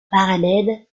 parallèle